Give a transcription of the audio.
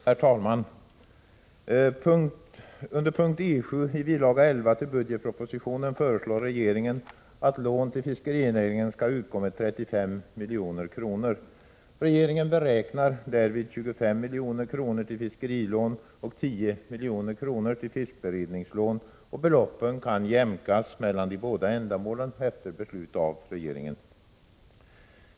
Herr talman! Under p. E 7 i bilaga 11 till budgetpropositionen föreslår regeringen att lån till fiskerinäringen skall utgå med 35 milj.kr. Regeringen beräknar därvid 25 milj.kr. till fiskerilån och 10 milj.kr. till fiskberedningslån. Beloppen kan jämkas mellan de båda ändamålen efter beslut av regeringen.